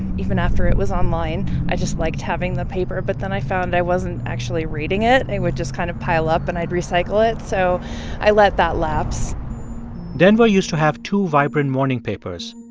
even after it was online. i just liked having the paper. but then i found i wasn't actually reading it. they would just kind of pile up, and i'd recycle it. so i let that lapse denver used to have two vibrant morning papers.